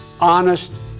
Honest